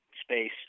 space